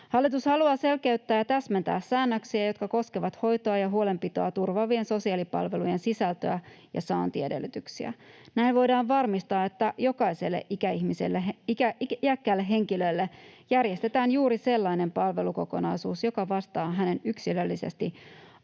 Hallitus haluaa selkeyttää ja täsmentää säännöksiä, jotka koskevat hoitoa ja huolenpitoa turvaavien sosiaalipalvelujen sisältöä ja saantiedellytyksiä. Näin voidaan varmistaa, että jokaiselle iäkkäälle henkilölle järjestetään juuri sellainen palvelukokonaisuus, joka vastaa hänen yksilöllisesti